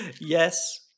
yes